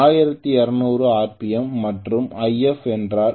volt 1200 RPM மற்றும் If என்றால்